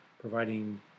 providing